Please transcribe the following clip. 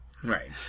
Right